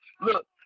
Look